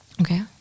Okay